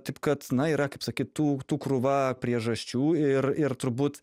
taip kad na yra kaip sakyt tų tū krūva priežasčių ir ir turbūt